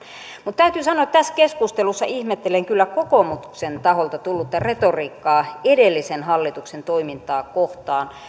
mutta täytyy sanoa että tässä keskustelussa ihmettelen kyllä kokoomuksen taholta tullutta retoriikkaa edellisen hallituksen toimintaa kohtaan